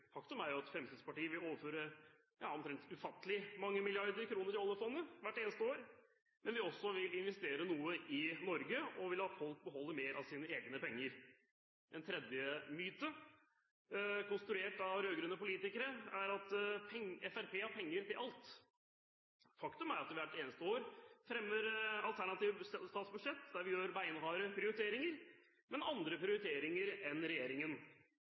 Faktum er at Fremskrittspartiet vil overføre ufattelig mange milliarder kroner til oljefondet hvert eneste år. Men vi vil også investere noe i Norge og la folk få beholde mer av sine egne penger. En tredje myte konstruert av rød-grønne politikere er at Fremskrittspartiet har penger til alt. Faktum er at vi hvert eneste år fremmer et alternativt statsbudsjett der vi gjør beinharde prioriteringer, men andre prioriteringer enn det regjeringen